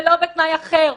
ולא בתנאי אחר.